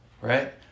right